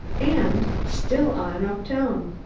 and still on uptown.